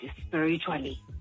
spiritually